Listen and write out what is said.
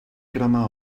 cremar